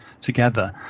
together